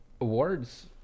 awards